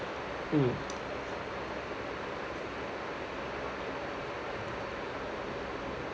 mm